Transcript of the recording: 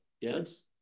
Yes